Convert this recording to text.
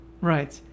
Right